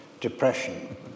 depression